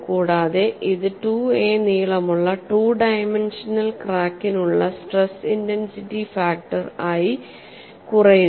കൂടാതെ ഇത് 2 എ നീളമുള്ള ടു ഡയമെൻഷനൽ ക്രാക്കിനുള്ള സ്ട്രെസ് ഇന്റെൻസിറ്റി ഫാക്ടർ ആയി കുറയുന്നു